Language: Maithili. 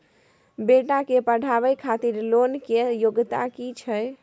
बेटा के पढाबै खातिर लोन के योग्यता कि छै